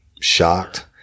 shocked